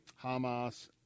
Hamas